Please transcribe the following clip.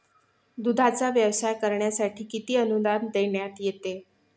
दूधाचा व्यवसाय करण्यासाठी किती अनुदान देण्यात येते?